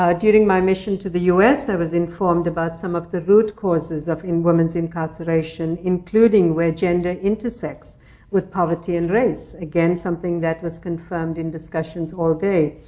ah during my mission to the us, i was informed about some of the root causes of women's incarceration, including where gender intersects with poverty and race. again, something that was confirmed in discussions all day.